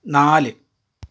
നാല്